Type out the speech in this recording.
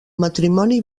matrimoni